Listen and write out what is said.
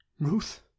Ruth